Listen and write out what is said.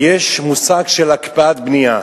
יש מושג של הקפאת בנייה,